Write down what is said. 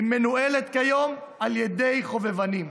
היא מנוהלת כיום על ידי חובבנים.